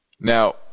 Now